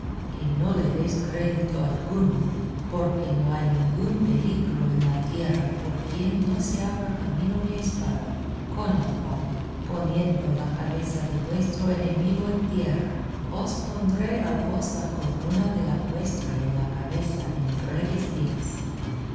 que no le deis crédito alguno porque no hay ningún peligro en la tierra por quien no se abra camino mi espada con la cual poniendo la cabeza de vuestro enemigo en tierra os pondré a vos la corona de la vuestra en la cabeza en breves días